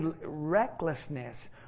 recklessness